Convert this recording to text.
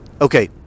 okay